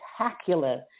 spectacular